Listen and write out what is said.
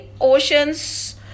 oceans